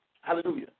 Hallelujah